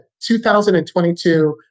2022